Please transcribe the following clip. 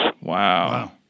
Wow